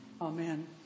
Amen